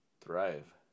thrive